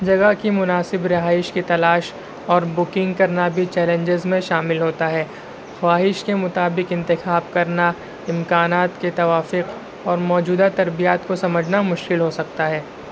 جگہ کی مناسب رہائش کی تلاش اور بکنگ کرنا بھی چیلنجز میں شامل ہوتا ہے خواہش کے مطابق انتخاب کرنا امکانات کے توافق اور موجودہ تربیات کو سجمھنا مشکل ہو سکتا ہے